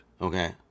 Okay